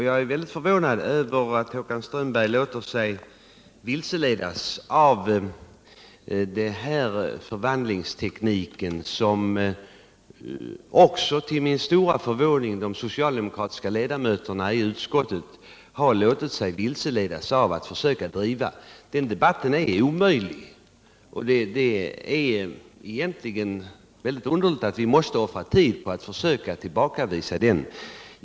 Jag är mycket förvånad över att Håkan Strömberg har låtit sig vilseledas av den förvandlingsteknik som de socialdemokratiska ledamöterna i utskottet till min stora häpnad har försökt att tillämpa. Den debatten är omöjlig, och det är förvånansvärt att vi skall behöva offra tid på att här tillbakavisa sådana påståenden.